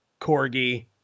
Corgi